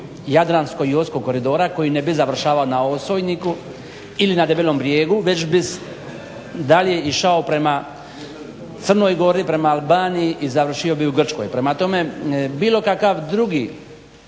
jadranskog i Oskog koridora koji ne bi završio na Osojniku ili na Debelom brijegu već bi dalje išao prema Crnoj gori, prema Albaniji i završio bi u Grčkoj. Prema tome bilo kakav drugi